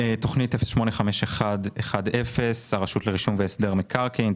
תוכנית 0851/10 הרשות לרישום והסדר מקרקעין.